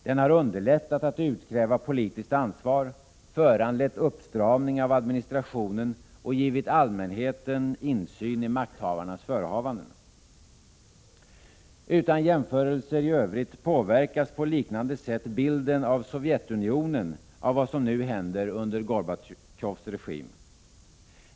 Den har underlättat att utkräva politiskt ansvar, föranlett uppstramning av administrationen och givit allmänheten insyn i makthavarnas förehavanden. Utan jämförelser i övrigt påverkas på liknande sätt bilden av Sovjetunionen av vad som nu häner under Gorbatjovs regim.